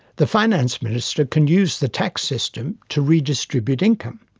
the finance minister can use the tax system to redistribute income.